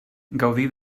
gaudir